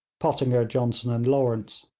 pottinger, johnson, and lawrence.